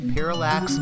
Parallax